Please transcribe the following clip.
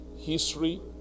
history